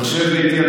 מחשב ביתי,